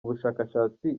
ubushashatsi